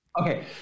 Okay